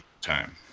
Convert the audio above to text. time